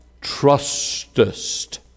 trustest